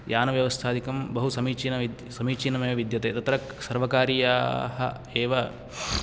यानव्यवस्थादिकं बहुसमीचीन समीचीनमेव विद्यते तत्र सर्वकार्याः एव